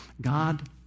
God